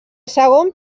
segon